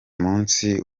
munsi